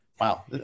Wow